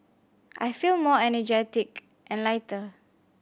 I feel more energetic and lighter